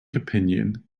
opinion